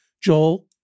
joel